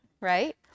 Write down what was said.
Right